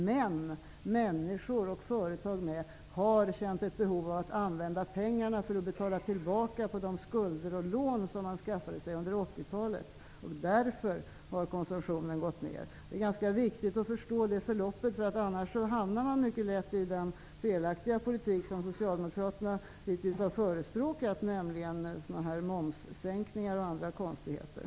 Men människor och företag har känt ett behov av att använda pengarna till att betala tillbaka på de skulder och lån som man skaffade sig under 80-talet, och därför har konsumtionen gått ner. Det är viktigt att förstå det förloppet. Annars hamnar man mycket lätt i den felaktiga politik som Socialdemokraterna hittills har förespråkat, nämligen momssänkningar och andra konstigheter.